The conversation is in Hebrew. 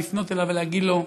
ולפנות אליו ולהגיד לו: